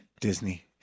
Disney